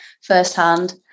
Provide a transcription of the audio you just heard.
firsthand